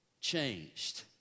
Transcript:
changed